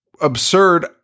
Absurd